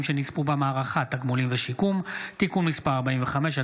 שנספו במערכה (תגמולים ושיקום) (תיקון מס' 45),